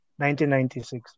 1996